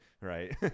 right